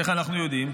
איך אנחנו יודעים?